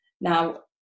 Now